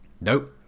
Nope